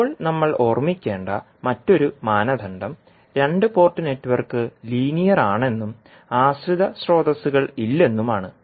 ഇപ്പോൾ നമ്മൾ ഓർമ്മിക്കേണ്ട മറ്റൊരു മാനദണ്ഡം രണ്ട് പോർട്ട് നെറ്റ്വർക്ക് ലീനിയർ ആണെന്നും ആശ്രിത സ്രോതസ്സുകൾ ഇല്ലെന്നും ആണ്